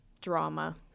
drama